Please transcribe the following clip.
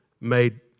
made